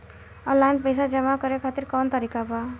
Online पइसा जमा करे खातिर कवन तरीका बा?